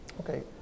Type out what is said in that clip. Okay